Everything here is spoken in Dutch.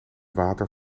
water